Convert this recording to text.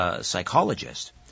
psychologist